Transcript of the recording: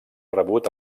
rebut